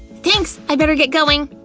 thanks, i'd better get going!